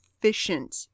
efficient